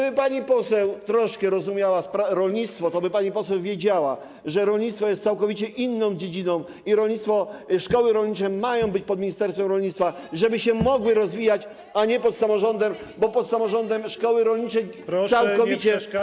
Gdyby pani poseł troszkę rozumiała rolnictwo, toby pani poseł wiedziała, że rolnictwo jest całkowicie inną dziedziną i szkoły rolnicze mają być pod ministerstwem rolnictwa, żeby się mogły rozwijać, a nie pod samorządem, bo pod samorządem szkoły rolnicze całkowicie zginęły.